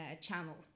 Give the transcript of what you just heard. channel